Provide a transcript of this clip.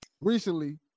Recently